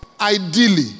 Ideally